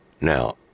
Now